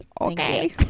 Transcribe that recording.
Okay